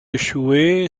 échoué